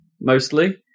mostly